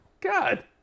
God